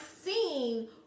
seeing